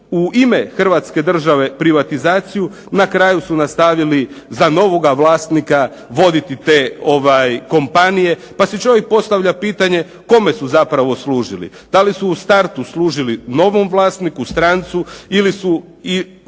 u ime Hrvatske države privatizaciju na kraju su nastavili za novoga vlasnika voditi te kompanije pa si čovjek postavlja pitanje kome su zapravo služili. Da li su u startu služili novom vlasniku strancu ili su